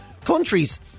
countries